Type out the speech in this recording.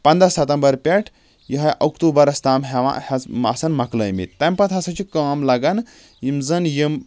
پنٛداہ ستمبر پٮ۪ٹھ یِہوے اکتوٗبرس تام ہیوان ہس آسان مۄکلٲے مٕتۍ تَمہِ پَتہٕ ہسا چھ کٲم لَگان یِم زَن یِم